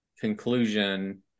conclusion